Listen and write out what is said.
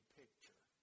picture